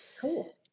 Cool